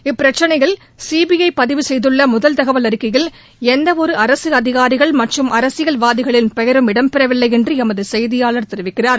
இப்பிரச்சினையில் சிபிஐ பதிவு செய்துள்ள முதல் தகவல் அறிக்கையில் எந்த ஒரு அரசு அதிகாரிகள் மற்றும் அரதசியல்வாதிகளின் பெயரும் இடம்பெறவில்லை என்று எமது செய்தியாளர் தெரிவிக்கிறார்